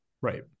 Right